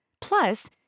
Plus